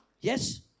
yes